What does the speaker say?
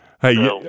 Hey